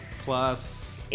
Plus